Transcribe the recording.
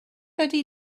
ydy